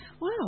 wow